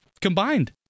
combined